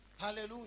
Hallelujah